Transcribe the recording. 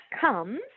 comes